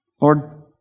Lord